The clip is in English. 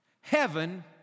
heaven